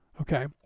Okay